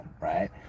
right